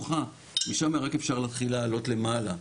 משם רק אפשר להתחיל לעלות למעלה.